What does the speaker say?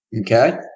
Okay